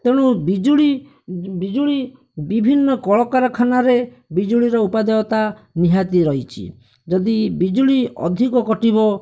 ତେଣୁ ବିଜୁଳି ବିଜୁଳି ବିଭିନ୍ନ କଳକାରଖାନରେ ବିଜୁଳିର ଉପାଦେୟତା ନିହାତି ରହିଛି ଯଦି ବିଜୁଳି ଅଧିକ କଟିବ